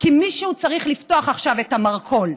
כי מישהו צריך לפתוח עכשיו את המרכול.